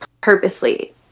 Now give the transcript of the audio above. purposely